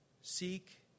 seek